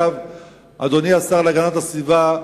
אדוני השר להגנת הסביבה,